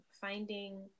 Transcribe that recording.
finding